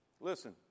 Listen